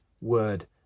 word